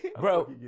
Bro